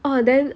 oh then